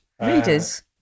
Readers